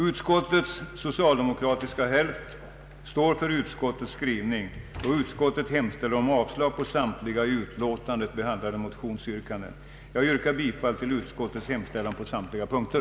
Utskottets socialdemokratiska hälft står för utskottets skrivning, och utskottet hemställer om avslag på samtliga i utlåtandet behandlade motionsyrkanden. Jag yrkar bifall till utskottets hemställan på samtliga punkter.